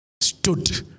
stood